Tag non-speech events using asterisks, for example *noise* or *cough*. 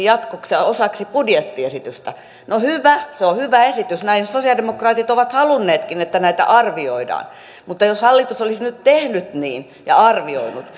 *unintelligible* jatkossa osaksi budjettiesitystä no hyvä se on hyvä esitys sosiaalidemokraatit ovat halunneetkin että näin näitä arvioidaan mutta jos hallitus olisi nyt tehnyt niin ja arvioinut *unintelligible*